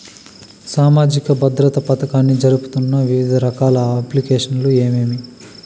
సామాజిక భద్రత పథకాన్ని జరుపుతున్న వివిధ రకాల అప్లికేషన్లు ఏమేమి?